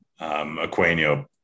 Aquino